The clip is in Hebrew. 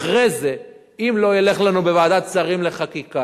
אחרי זה, אם לא ילך לנו בוועדת שרים לחקיקה,